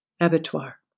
abattoir